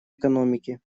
экономики